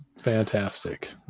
fantastic